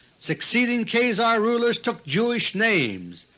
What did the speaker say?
succeeding khazar rulers took jewish names,